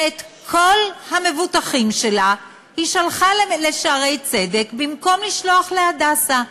ואת כל המבוטחים שלה היא שלחה ל"שערי צדק" במקום לשלוח ל"הדסה",